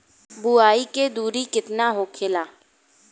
बुआई के दूरी केतना होखेला?